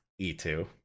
E2